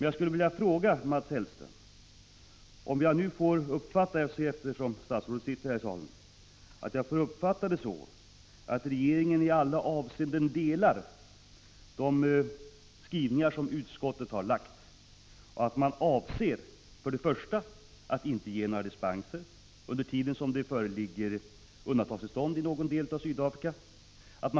Jag skulle därför vilja fråga Mats Hellström, som sitter här i salen: Delar regeringen i alla avseenden de åsikter som utskottet har framfört i sina skrivningar? : Jag vill dessutom ställa följande frågor till Mats Hellström: 1. Avser regeringen att inte ge några dispenser under tiden som det råder undantagstillstånd i någon del av Sydafrika? 2.